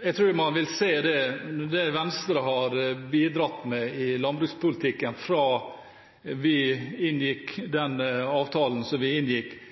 Jeg tror man vil se av det Venstre har bidratt med i landbrukspolitikken fra vi inngikk avtalen i 2014 – jeg holder meg nå til jordbruksoppgjøret, det er det vi